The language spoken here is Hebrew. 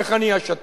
איך אני אשתף?